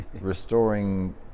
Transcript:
restoring